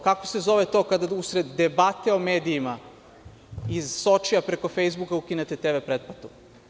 Kako se zove to kada u sred debate o medijima iz Sočija preko Fejsbuka ukinute TV pretplatu?